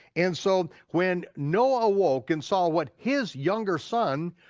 and so when noah awoke and saw what his younger son,